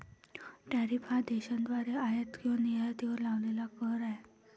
tariff हा देशाद्वारे आयात किंवा निर्यातीवर लावलेला कर आहे